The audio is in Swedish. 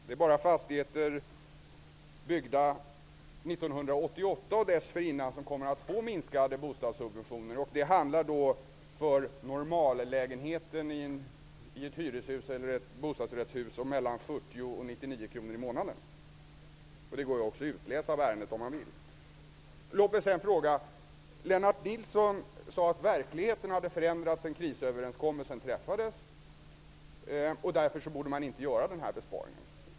Det är bara fastigheter byggda 1988 och dessförinnan som kommer att få minskade bostadssubventioner. För normallägenheten i ett hyres eller bostadsrättshus handlar det om mellan 40 och 99 kr i månaden. Det går att utläsa av betänkandet om man vill. Lennart Nilsson sade att verkligheten har förändrats sedan krisöverenskommelsen träffades, och att vi därför inte borde göra denna besparing.